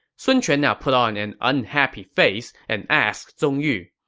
sun quan now put on an unhappy face and asked zong yu,